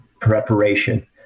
preparation